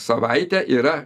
savaitę yra